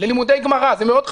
ללימודי גמרא זה מאוד חשוב,